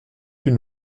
une